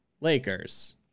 Lakers